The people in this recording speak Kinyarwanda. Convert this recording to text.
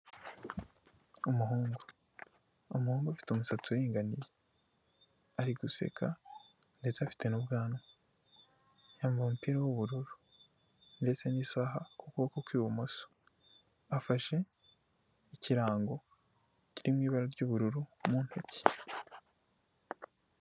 Umuhungu, umuhungu ufite umusatsi uringaniye, ari guseka ndetse afite n'ubwanwa yambaye umupira w'ubururu ndetse n'isaha ku kboko kw'ibumoso, afashe ikirango kiri mu ibara ry'ubururu mu ntoki.